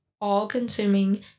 all-consuming